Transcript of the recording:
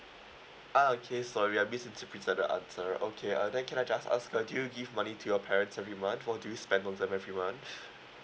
ah okay sorry I misinterpreted the answer okay uh then can I just ask uh do you give money to your parents every month or do you spend on them every month